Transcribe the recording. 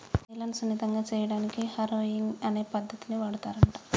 నేలను సున్నితంగా సేయడానికి హారొయింగ్ అనే పద్దతిని వాడుతారంట